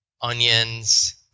onions